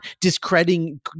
discrediting